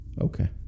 okay